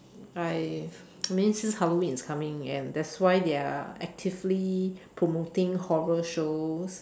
I I mean since Halloween is coming and that's why they are actively promoting horror shows